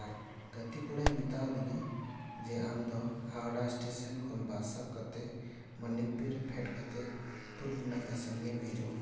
ᱟᱨ ᱜᱟᱛᱮ ᱠᱚᱲᱟᱭ ᱢᱮᱛᱟ ᱟᱫᱤᱧᱟ ᱡᱮ ᱟᱢᱫᱚ ᱦᱟᱣᱲᱟ ᱥᱴᱮᱥᱚᱱ ᱠᱷᱚᱱ ᱵᱟᱥ ᱥᱟᱵ ᱠᱟᱛᱮᱫ ᱢᱟᱹᱱᱤᱠ ᱯᱤᱲ ᱨᱮ ᱯᱷᱮᱰ ᱠᱟᱛᱮᱫ ᱯᱩᱨᱩᱵᱽ ᱱᱟᱠᱷᱟ ᱥᱮᱡ ᱜᱮᱢ ᱦᱤᱡᱩᱜᱼᱟ